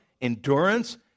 endurance